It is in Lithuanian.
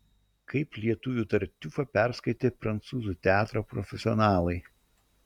kaip lietuvių tartiufą perskaitė prancūzų teatro profesionalai